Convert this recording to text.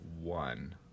one